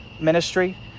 ministry